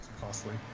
costly